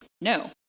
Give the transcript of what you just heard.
No